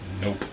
nope